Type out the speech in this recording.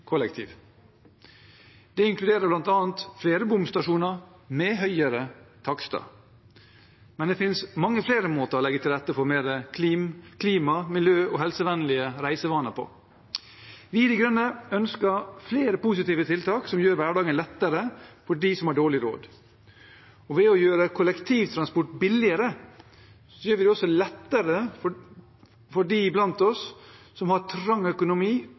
Det inkluderer bl.a. flere bomstasjoner med høyere takster. Men det finnes mange flere måter å legge til rette for mer klima-, miljø- og helsevennlige reisevaner på. Vi i De Grønne ønsker flere positive tiltak som gjør hverdagen lettere for dem som har dårlig råd. Ved å gjøre kollektivtransport billigere gjør vi det også lettere for dem blant oss som har trang økonomi